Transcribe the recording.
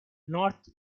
north